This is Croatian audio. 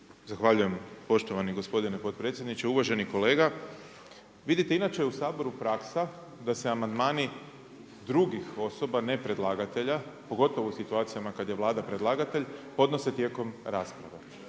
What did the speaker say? Zahvaljujem poštovani gospodine potpredsjedniče. Uvaženi kolega, vidite inače je u Saboru praksa, da se amandmani drugih osoba, ne predlagatelja, pogotovo u situacijama, kada je Vlada predlagatelj, podnose tijekom rasprave.